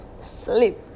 sleep